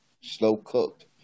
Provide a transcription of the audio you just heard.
slow-cooked